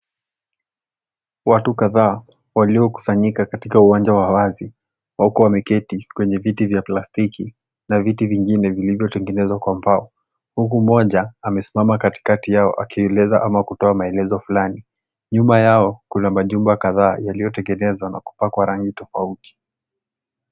Watu kadhaa waliokusanyika katika uwanja wa wazi huku wameketi kwenye viti vya plastiki na viti vingine vilivyotengenezwa kwa mbao .Huku mmoja amesimama katikati yao akieleza au kutoa maelezo fulani. Nyuma yao kuna majumba kadhaa yaliyotengenezwa na kupakwa rangi tofauti.